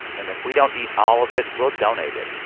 and if we don't eat all of it, we'll donate it.